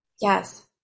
Yes